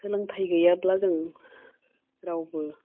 सोलोंथाइ गैयाब्ला जों रावबो